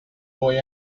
boy